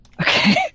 Okay